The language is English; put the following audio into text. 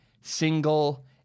single